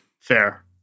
Fair